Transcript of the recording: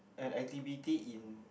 an activity in